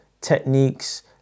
techniques